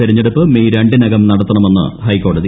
തെരഞ്ഞെടുപ്പ് മെയ് രണ്ടിനകം നടത്തണമെന്ന് ഹൈക്കോടതി